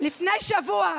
לפני שבוע,